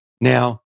Now